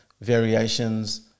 variations